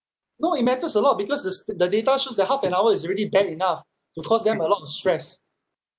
no it matters a lot because the s~ the data shows that half an hour is already bad enough to cause them a lot of stress